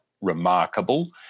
remarkable